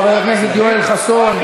חבר הכנסת יואל חסון.